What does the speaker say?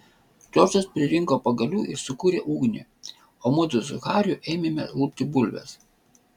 džordžas pririnko pagalių ir sukūrė ugnį o mudu su hariu ėmėme lupti bulves